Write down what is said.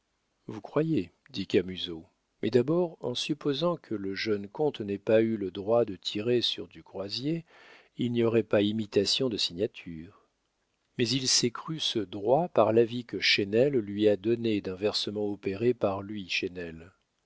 vous croyez dit camusot mais d'abord en supposant que le jeune comte n'ait pas eu le droit de tirer sur du croisier il n'y aurait pas imitation de signature mais il s'est cru ce droit par l'avis que chesnel lui a donné d'un versement opéré par lui